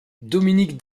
dominique